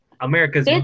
America's